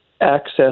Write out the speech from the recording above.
access